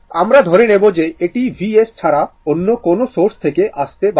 আমরা ধরে নেব যে এটি Vs ছাড়া অন্য কোনও সোর্স থেকে আসতে পারে